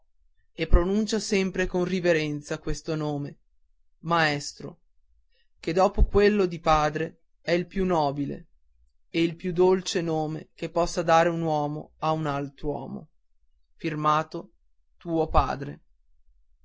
e pronuncia sempre con riverenza questo nome maestro che dopo quello di padre è il più nobile il più dolce nome che possa dare un uomo a un altro uomo